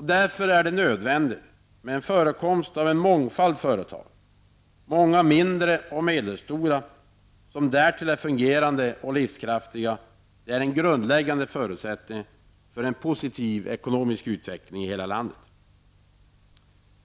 Därför är förekomsten av en mångfald företag nödvändig, många mindre och medelstora företag, som därtill är fungerande och livskraftiga en grundläggande förutsättning för en positiv ekonomisk utveckling i hela landet.